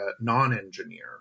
non-engineer